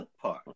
Park